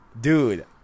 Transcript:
dude